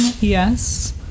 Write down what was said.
Yes